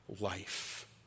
life